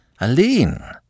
Aline